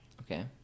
Okay